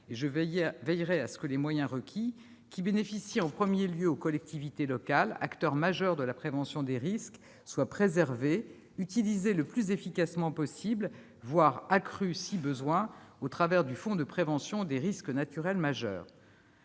Je veillerai à ce que les moyens requis, qui bénéficient en premier lieu aux collectivités locales, acteurs majeurs de la prévention des risques, soient préservés, accrus si besoin, et utilisés le plus efficacement possible au travers du Fonds de prévention des risques naturels majeurs,